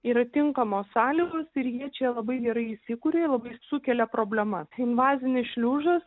yra tinkamos sąlygos ir jie čia labai gerai įsikuria labai sukelia problemas invazinis šliužas